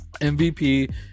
MVP